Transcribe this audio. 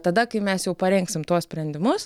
tada kai mes jau parengsim tuos sprendimus